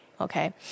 okay